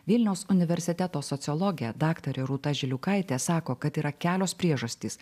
vilniaus universiteto sociologė daktarė rūta žiliukaitė sako kad yra kelios priežastys